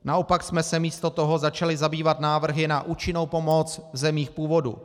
Naopak jsme se místo toho začali zabývat návrhy na účinnou pomoc v zemích původu.